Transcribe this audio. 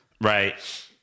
Right